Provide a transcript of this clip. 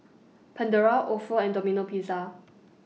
Pandora Ofo and Domino Pizza